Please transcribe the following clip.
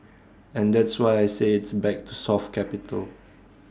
and that's why I say it's back to soft capital